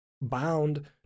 bound